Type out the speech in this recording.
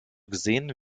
gesehen